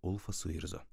ulfas suirzo